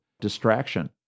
distraction